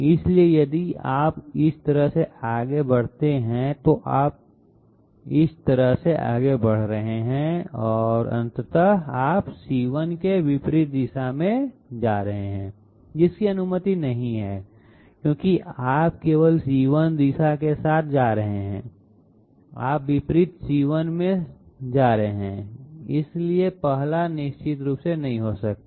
इसलिए यदि आप इस तरह से आगे बढ़ते हैं तो आप इस तरह से आगे बढ़ रहे हैं और अंततः आप c1 के विपरीत दिशा में समाप्त हो रहे हैं जिसकी अनुमति नहीं है क्योंकि आप केवल c1 दिशा के साथ समाप्त करने वाले हैं आप विपरीत c1 में समाप्त कर रहे हैं इसलिए पहला निश्चित रूप से सही नहीं हो सकता